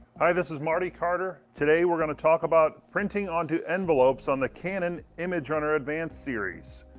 hi this is marty carter. today we're going to talk about printing onto envelopes on the canon imagerunner advanced series.